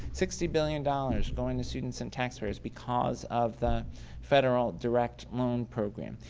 sixty billion dollars going to students and tax payers because of the federal direct loan program.